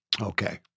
okay